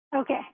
Okay